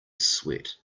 sweat